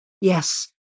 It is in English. Yes